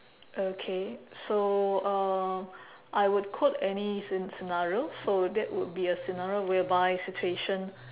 okay so uh I would quote any scen~ scenario so that would be a scenario whereby situation